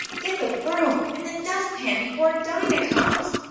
get the broom and the dust-pan, before dinah comes.